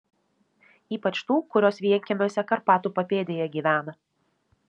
ypač tų kurios vienkiemiuose karpatų papėdėje gyvena